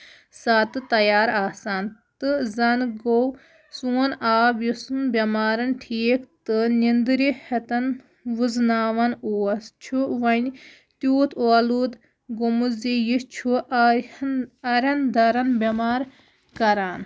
ساتہٕ تَیار آسان تہٕ زَن گوٚو سون آب یُس نہٕ بیمارَن ٹھیٖک تہٕ نندرِ ہٮ۪کان ؤزناون اوس چھُ وۄنۍ تیوٗت ٲلوٗد گوٚمُت زِ یہِ چھُ آریاہن اَرین دَرین بیمار کران